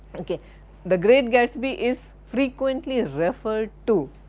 ok the great gatsby is frequently ah referred to,